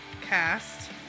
cast